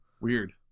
weird